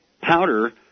powder